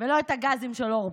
ולא את הגזים של אורבך.